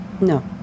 No